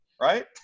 right